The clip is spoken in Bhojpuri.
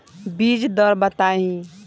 बीज दर बताई?